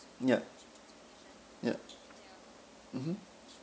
ya ya mmhmm